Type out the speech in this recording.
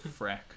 Frack